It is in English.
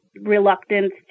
reluctance